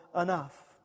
enough